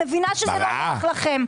מראה?